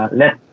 let